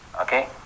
okay